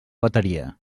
bateria